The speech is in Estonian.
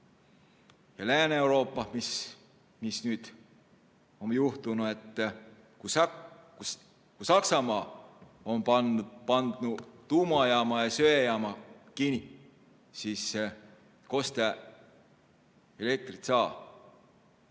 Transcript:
Lääne-Euruupa, miä nüüd om juhtunu, et ku Saksamaa on pandnu tuumajaamaq ja söejaamaq kiniq, sis kos tä elektrit saa.